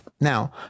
Now